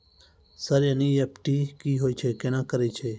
Sir NEFT की होय छै, केना करे छै?